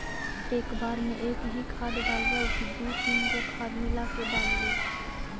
एक बार मे एकही खाद डालबय की दू तीन गो खाद मिला के डालीय?